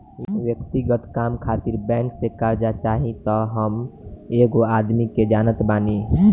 व्यक्तिगत काम खातिर बैंक से कार्जा चाही त हम एगो आदमी के जानत बानी